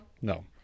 No